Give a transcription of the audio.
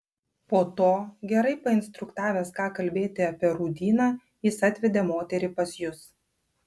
po to gerai painstruktavęs ką kalbėti apie rūdyną jis atvedė moterį pas jus